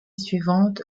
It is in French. suivante